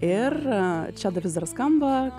ir čia dar vis dar skamba